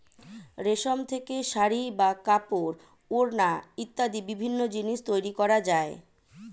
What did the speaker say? রেশম থেকে শাড়ী বা কাপড়, ওড়না ইত্যাদি বিভিন্ন জিনিস তৈরি করা যায়